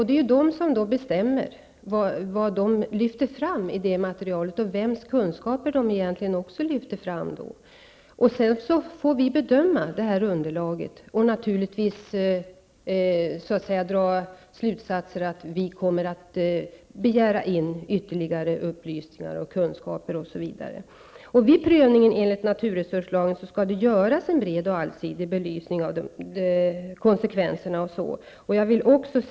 Det är de som nu bestämmer vad de lyfter fram i materialet och vems kunskaper de lyfter fram. Sedan får vi bedöma underlaget, dra slutsatser och begära in ytterligare upplysningar och kunskaper. Vid prövningen enligt naturresurslagen skall det göras en bred och allsidig belysning av konsekvenserna.